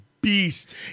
Beast